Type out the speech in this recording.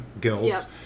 guilds